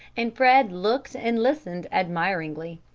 and fred looked and listened admiringly.